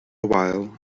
while